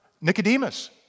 Nicodemus